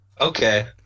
Okay